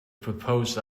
proposed